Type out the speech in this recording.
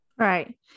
Right